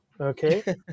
Okay